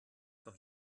doch